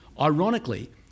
Ironically